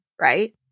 Right